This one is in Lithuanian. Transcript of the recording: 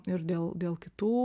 ir dėl dėl kitų